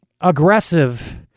aggressive